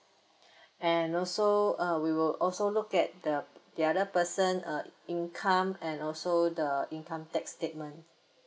and also uh we will also look at the the other person uh income and also the income tax statement